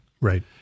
Right